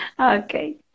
okay